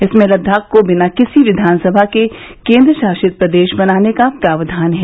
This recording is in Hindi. इसमें लद्दाख को बिना किसी विधानसभा के केन्द्र शासित प्रदेश बनाने का प्रावधान है